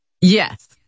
yes